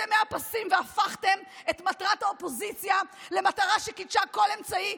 ירדתם לגמרי מהפסים והפכתם את מטרת האופוזיציה למטרה שקידשה כל אמצעי,